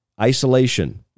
Isolation